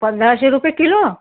पंधराशे रुपये किलो